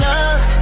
love